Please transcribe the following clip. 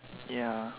ya